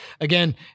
again